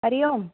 Hari Om